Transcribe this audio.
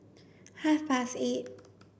half past eight